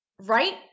right